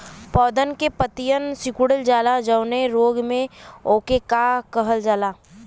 पौधन के पतयी सीकुड़ जाला जवने रोग में वोके का कहल जाला?